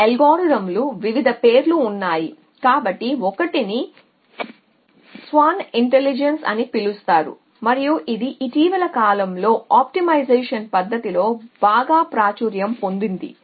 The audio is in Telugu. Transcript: ఈ అల్గోరిథంలు వెళ్ళే వివిధ పేర్లు ఉన్నాయి కాబట్టి 1 ని స్వార్మ్ ఇంటెలిజెన్స్ అని పిలుస్తారు మరియు ఇది ఇటీవలి కాలంలో ఆప్టిమైజేషన్ పద్ధతిలో బాగా ప్రాచుర్యం పొందింది